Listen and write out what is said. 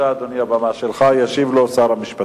"צה"ל פועל באמצעים חוקיים שונים למניעתן של הפרות